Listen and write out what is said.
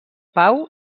pau